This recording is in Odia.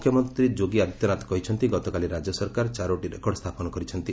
ମୁଖ୍ୟମନ୍ତ୍ରୀ ଯୋଗୀ ଆଦିତ୍ୟନାଥ କହିଛନ୍ତି ଗତକାଲି ରାଜ୍ୟ ସରକାର ଚାରୋଟି ରେକର୍ଡ ସ୍ଥାପନ କରିଛନ୍ତି